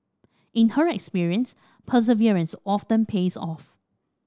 in her experience perseverance often pays off